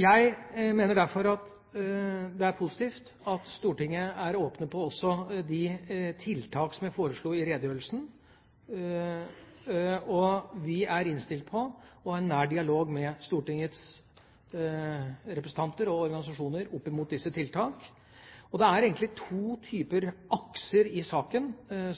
Jeg mener derfor det er positivt at man i Stortinget er åpen for de tiltak jeg foreslo i redegjørelsen, og at vi er innstilt på å ha en nær dialog med Stortingets representanter og organisasjoner om disse tiltakene. Det er egentlig to typer akser i saken